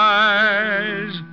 eyes